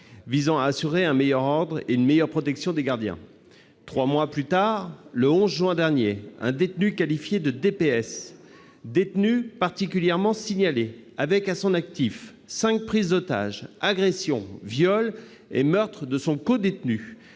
visant à assurer davantage d'ordre et une meilleure protection des gardiens. Trois mois plus tard, le 11 juin dernier, un détenu qualifié de « DPS », détenu particulièrement signalé, comptant à son actif cinq prises d'otages, des agressions, des viols et le meurtre d'un codétenu